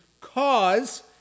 cause